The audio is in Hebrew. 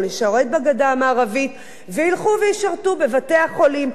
לשרת בגדה המערבית וילכו וישרתו בבתי-החולים.